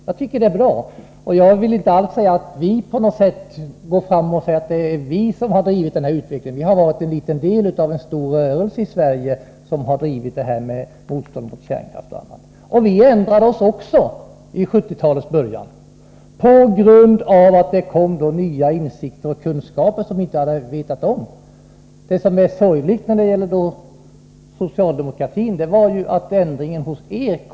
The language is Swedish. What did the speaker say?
Detta erkänns också av Lennart Pettersson, och det tycker jag är bra. Detta konstaterade jag redan i mitt första anförande. Jag vill inte alls påstå att vi har drivit fram den här utvecklingen. Vi har varit en liten del av en stor rörelse i Sverige som har drivit motståndet mot kärnkraft och annat. Vi ändrade oss också i början av 1970-talet på grund av att man då fick nya insikter och kunskaper som man inte hade tidigare. Det som är sorgligt när det gäller socialdemokraterna är att de ändrade sig så sent.